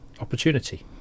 opportunity